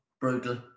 Brutal